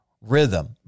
rhythm